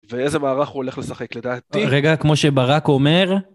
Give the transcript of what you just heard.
ואיזה מערך הוא הולך לשחק, לדעתי... רגע, כמו שברק אומר...